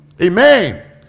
Amen